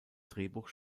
drehbuch